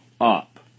up